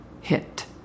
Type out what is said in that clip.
hit